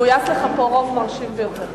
גויס לך פה רוב מרשים ביותר.